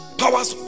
powers